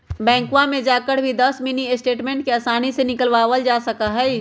बैंकवा में जाकर भी दस मिनी स्टेटमेंट के आसानी से निकलवावल जा सका हई